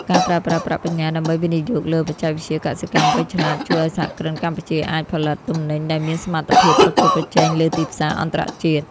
ការប្រើប្រាស់ប្រាក់បញ្ញើដើម្បីវិនិយោគលើ "បច្ចេកវិទ្យាកសិកម្មវៃឆ្លាត" ជួយឱ្យសហគ្រិនកម្ពុជាអាចផលិតទំនិញដែលមានសមត្ថភាពប្រកួតប្រជែងលើទីផ្សារអន្តរជាតិ។